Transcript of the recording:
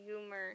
humor